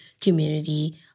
community